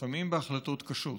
לפעמים בהחלטות קשות.